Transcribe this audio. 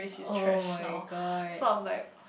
oh my god